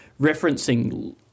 referencing